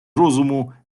розуму